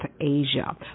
Asia